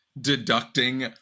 deducting